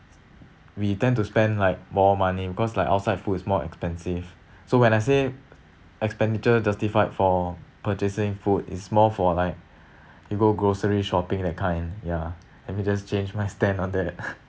we tend to spend like more money because like outside food is more expensive so when I say expenditure justified for purchasing food is more for like you go grocery shopping that kind ya maybe just change my stand on that